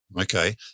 Okay